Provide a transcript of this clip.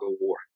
war